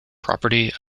property